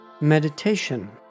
Meditation